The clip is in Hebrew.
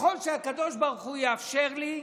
ככל שהקדוש ברוך הוא יאפשר לי,